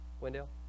Wendell